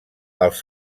als